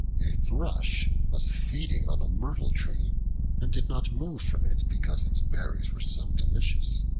a thrush was feeding on a myrtle-tree and did not move from it because its berries were so delicious.